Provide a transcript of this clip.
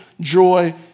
joy